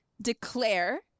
declare